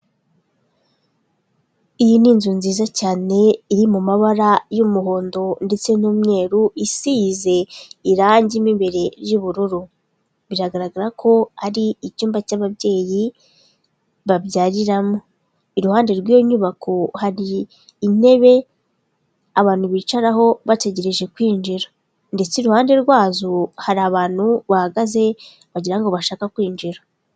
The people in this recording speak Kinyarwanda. Iyi ni inzu nziza cyane iri mu mabara y'umuhondo ndetse n'umweru isize irange mu imbere ry'ubururu biragaragara ko ari icyumba cy'ababyeyi babyariramo, iruhande rw'iyo nyubako hari intebe abantu bicaraho bategereje kwinjira ndetse iruhande rwazo hari abantu bahagaze bagira bashaka kwinjira.